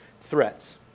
threats